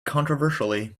controversially